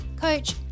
Coach